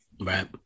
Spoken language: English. Right